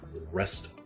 rest